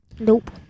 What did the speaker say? Nope